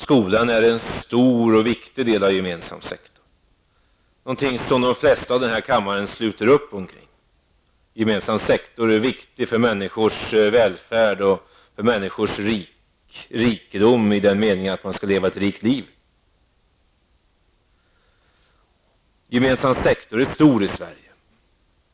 Skolan är en stor och viktig del av den gemensamma sektorn, vilket är något som de flesta i denna kammare sluter upp bakom. Den gemensamma sektorn är viktig för människors välfärd och rikedom i den meningen att man skall leva ett rikt liv. Den gemensamma sektorn är stor i Sverige.